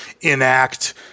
enact